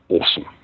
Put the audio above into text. awesome